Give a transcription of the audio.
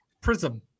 prism